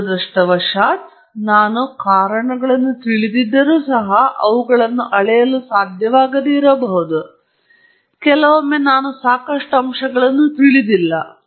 ಈಗ ದುರದೃಷ್ಟವಶಾತ್ ನಾನು ಕಾರಣಗಳನ್ನು ತಿಳಿದಿದ್ದರೂ ಸಹ ನಾನು ಅವುಗಳನ್ನು ಅಳೆಯಲು ಸಾಧ್ಯವಾಗದೆ ಇರಬಹುದು ಮತ್ತು ಕೆಲವೊಮ್ಮೆ ನಾನು ಸಾಕಷ್ಟು ಅಂಶಗಳನ್ನು ಸಾಕಷ್ಟು ತಿಳಿದಿಲ್ಲ